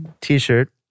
t-shirt